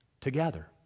together